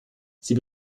sie